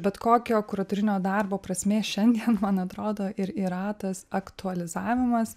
bet kokio kuratorinio darbo prasmė šiandien man atrodo ir yra tas aktualizavimas